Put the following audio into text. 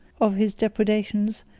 of his depredations,